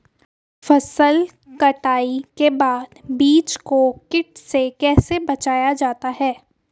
फसल कटाई के बाद बीज को कीट से कैसे बचाया जाता है?